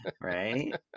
Right